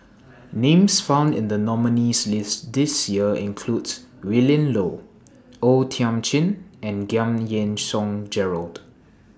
Names found in The nominees' list This Year includes Willin Low O Thiam Chin and Giam Yean Song Gerald